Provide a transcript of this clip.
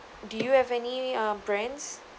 do you have any uh brands